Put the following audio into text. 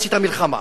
עשית מלחמה,